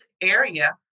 area